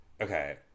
Okay